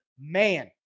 man